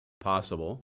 possible